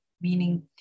meaning